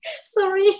Sorry